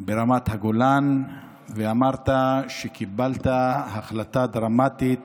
ברמת הגולן ואמרת שקיבלת החלטה דרמטית